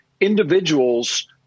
individuals